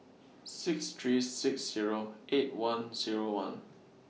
six three six Zero eight one Zero one